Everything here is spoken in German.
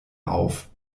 auf